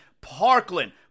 Parkland